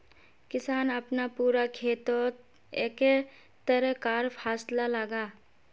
किसान अपना पूरा खेतोत एके तरह कार फासला लगाः